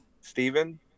Stephen